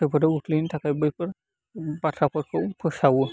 खैफोदआव खोख्लैनो थाखाय बैफोर बाथ्राफोरखौ फोसावो